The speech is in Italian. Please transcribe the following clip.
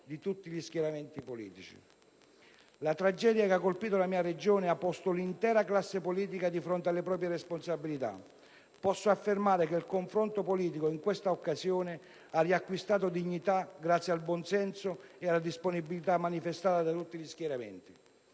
di tutti gli schieramenti politici. La tragedia che ha colpito la mia Regione ha posto l'intera classe politica di fronte alle proprie responsabilità. Posso affermare che il confronto politico in questa occasione ha riacquistato dignità grazie al buonsenso e alla disponibilità manifestati da tutti gli schieramenti,